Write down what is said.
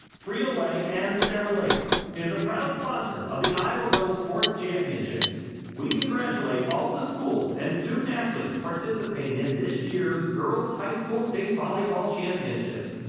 frito-lay and sara lee is a proud sponsor of the iowa girls sports championships we congratulate all of the schools and student athletes participating in this year's girls high school state volleyball championships.